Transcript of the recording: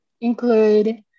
include